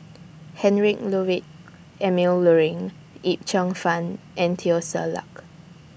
Heinrich Ludwig Emil Luering Yip Cheong Fun and Teo Ser Luck